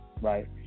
right